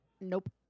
Nope